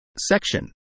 Section